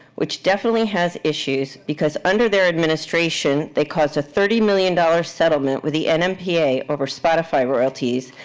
which definitely has issues? because under their administration, they caused a thirty million dollars settlement with the and nmpa over spotify royalties,